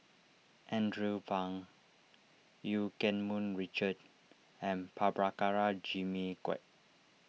Andrew Phang Eu Keng Mun Richard and Prabhakara Jimmy Quek